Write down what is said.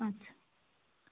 আচ্ছা